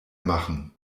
machen